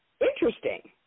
interesting